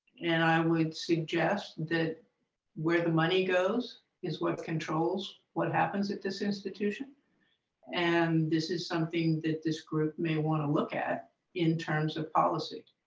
and i would suggest that where the money goes is what controls what happens at this institution and this is something that this group may want to look at in terms of policy.